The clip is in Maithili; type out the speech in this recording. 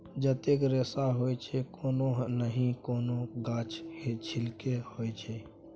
जतेक रेशा होइ छै कोनो नहि कोनो गाछक छिल्के होइ छै